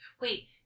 Wait